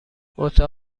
اتاق